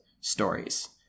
stories